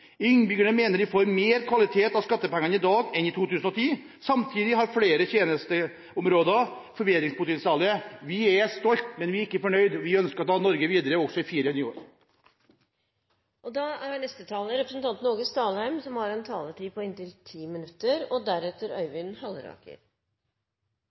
Innbyggerne mener de får mer kvalitet for skattepengene i dag enn i 2010. Samtidig har flere tjenesteområder forbedringspotensial. Vi er stolt, men vi er ikke fornøyd – vi ønsker å ta Norge videre også i fire nye år. Det å ta heile landet i bruk er ein god tanke, men som dei seinare åra har